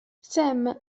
sam